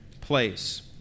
place